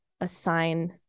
assign